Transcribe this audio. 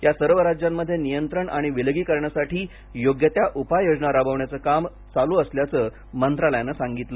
या सर्व राज्यांमध्ये नियंत्रण आणि विलगीकरणासाठी योग्य त्या उपाययोजना राबवण्याचे काम चालू असल्याचं मंत्रालयाने सांगितलं